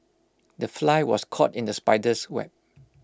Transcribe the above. the fly was caught in the spider's web